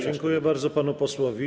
Dziękuję bardzo panu posłowi.